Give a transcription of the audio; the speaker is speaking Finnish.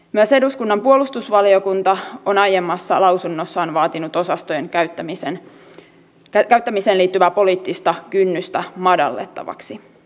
myös eduskunnan puolustusvaliokunta on aiemmassa lausunnossaan vaatinut osastojen käyttämiseen liittyvää poliittista kynnystä madallettavaksi